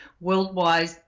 worldwide